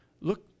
Look